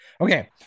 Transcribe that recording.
Okay